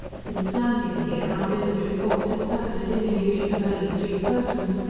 since landing here our military force has suffered a diminution of only three persons,